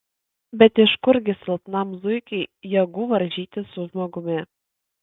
bet iš kurgi silpnam zuikiui jėgų varžytis su žmogumi